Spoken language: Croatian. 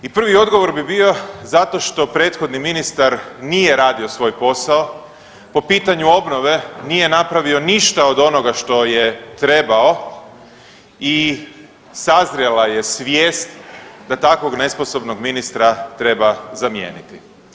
I prvi odgovor bi bio zato što prethodni ministar nije radio svoj posao po pitanju obnove nije napravio ništa od onoga što je trebao i sazrjela je svijest da takvog nesposobnog ministra treba zamijeniti.